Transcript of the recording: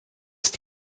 ist